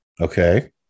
Okay